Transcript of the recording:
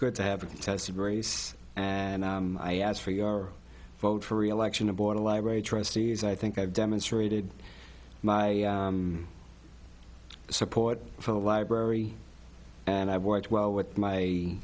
good to have a contested race and i asked for your vote for reelection aboard a library trustees i think i've demonstrated my support for the library and i've worked well with my